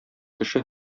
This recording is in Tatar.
кеше